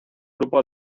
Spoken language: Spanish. grupo